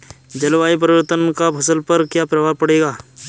जलवायु परिवर्तन का फसल पर क्या प्रभाव पड़ेगा?